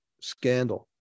scandal